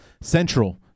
Central